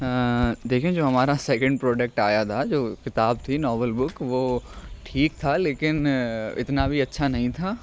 دیکھیں جو ہمارا سیکنڈ پروڈکٹ آیا تھا جو کتاب تھی ناول بک وہ ٹھیک تھا لیکن اتنا بھی اچھا نہیں تھا